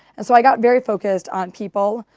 and so i got very focused on people,